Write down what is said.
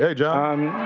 yeah john.